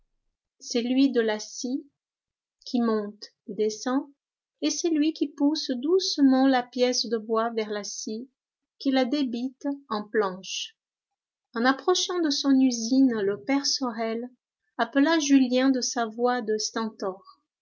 celui de la scie qui monte et descend et celui qui pousse doucement la pièce de bois vers la scie qui la débite en planches en approchant de son usine le père sorel appela julien de sa voix de